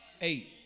Eight